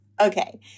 Okay